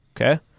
okay